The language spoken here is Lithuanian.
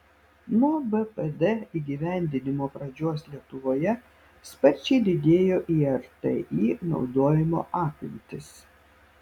nuo bpd įgyvendinimo pradžios lietuvoje sparčiai didėjo irti naudojimo apimtys